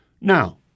now